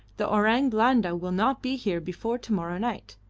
the orang blanda will not be here before to-morrow night,